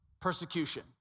Persecution